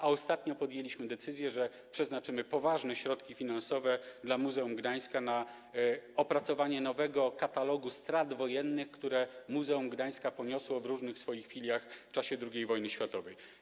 A ostatnio podjęliśmy decyzję, że przeznaczymy poważne środki finansowe dla Muzeum Gdańska na opracowanie nowego katalogu strat wojennych, które Muzeum Gdańska poniosło w różnych swoich filiach w czasie II wojny światowej.